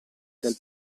del